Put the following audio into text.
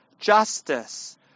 justice